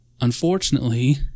Unfortunately